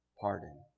pardon